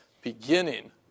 beginning